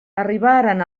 arribaren